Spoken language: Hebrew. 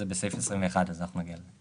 זה בסעיף 21 שנגיע אליו.